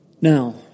Now